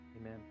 Amen